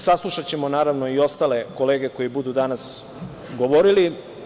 Saslušaćemo, naravno, i ostale kolege koje budu danas govorile.